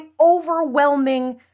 overwhelming